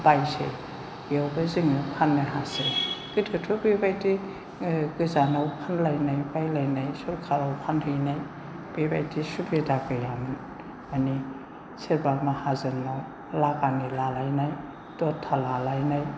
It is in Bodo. बायसै बेवबो जोङो फाननो हासै गोदोथ' बेबादि ओ गोजानाव फानलायनाय बायलायनाय सरखारनाव फानहैनाय बेबायदि सुबिदा गैयामोन माने सोरबा माहाजोननाव लागानै लालायनाय दरथा लालायनाय